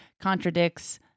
contradicts